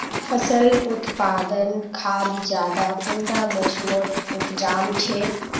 फसल उत्पादन खाद ज्यादा कुंडा मोसमोत उपजाम छै?